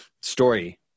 story